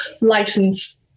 license